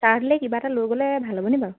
ছাৰহঁতলৈ কিবা এটা লৈ গ'লে ভাল হ'ব নি বাৰু